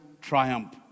triumph